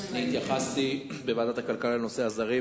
אני התייחסתי בוועדת הכלכלה לנושא הזרים,